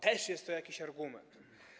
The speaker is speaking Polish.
Też jest to jakiś argument.